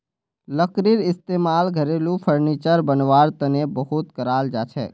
लकड़ीर इस्तेमाल घरेलू फर्नीचर बनव्वार तने बहुत कराल जाछेक